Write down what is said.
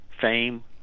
fame